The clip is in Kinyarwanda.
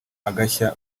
agashya